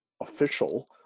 official